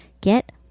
Get